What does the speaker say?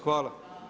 Hvala.